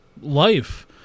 life